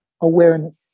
awareness